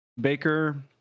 baker